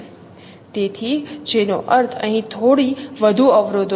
તેથી જેનો અર્થ અહીં થોડી વધુ અવરોધો છે